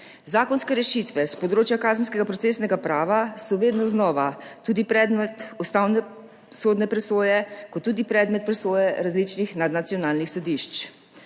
Zakonske rešitve s področja kazenskega procesnega prava so vedno znova tudi predmet ustavnosodne presoje ter tudi predmet presoje različnih nadnacionalnih sodišč.